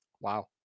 wow